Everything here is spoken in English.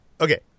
Okay